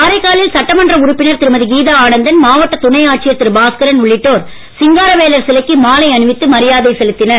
காரைக்காலில் சட்டமன்ற உறுப்பினர் திருமதி கீதா ஆனந்தன் மாவட்டத் துணை ஆட்சியர் திரு பாஸ்கரன் உள்ளிட்டோர் சிங்காரவேலர் சிலைக்கு மாலை அணிவித்து மரியாதை செலுத்தினர்